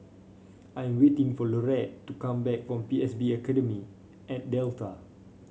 I'm waiting for Laurette to come back from P S B Academy at Delta